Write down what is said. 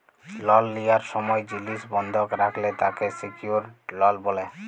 লল লিয়ার সময় জিলিস বন্ধক রাখলে তাকে সেক্যুরেড লল ব্যলে